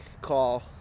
call